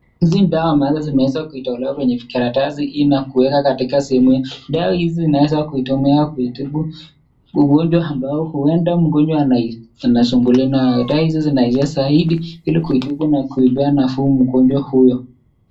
Hizi ni dawa ambazo zimeweza kutolewa kwenye vikaratasi hii na kuwekwa katika sehemu hi. Dawa hizi zinaweza kutumiwa kutibu ugonjwa ambao huenda mgonjwa anasumbuliwa na zaidi ili kuitibu na kumpea nafuu mgonjwa huyo.